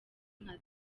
nka